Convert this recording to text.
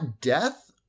death